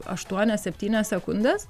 aštuonias septynias sekundes